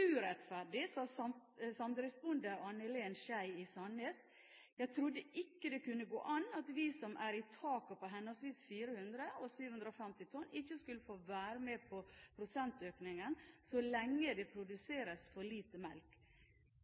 «Urettferdig», sa samdriftsbonde Anne Helen Skei i Sandnes, og hun sa videre: «Jeg trodde ikke det kunne gå an at vi som er i taket på henholdsvis 400 og 750 tonn ikke skulle få være med på prosentøkningen så lenge det produseres for lite melk.